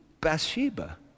Bathsheba